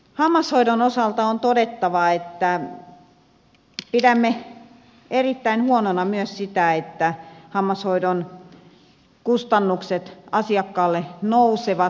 hammashoidon osalta on todettava että pidämme erittäin huonona myös sitä että hammashoidon kustannukset asiakkaalle nousevat